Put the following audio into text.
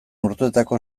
urteotako